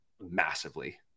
massively